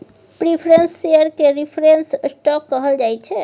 preference share केँ preference stock कहल जाइ छै